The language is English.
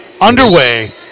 underway